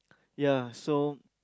ya so